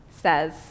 says